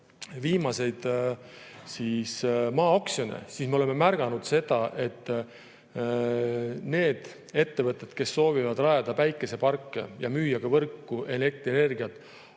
viimaseid maaoksjoneid, oleme märganud, et need ettevõtted, kes soovivad rajada päikeseparke ja müüa ka võrku elektrienergiat,